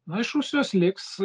na iš rusijos liks